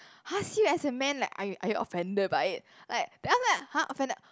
!huh! see you as a man like are you are you offended by it like then after that !huh! offended